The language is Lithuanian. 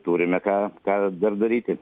turime ką ką dar daryti